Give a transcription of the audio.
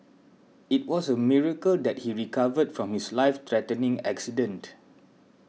it was a miracle that he recovered from his life threatening accident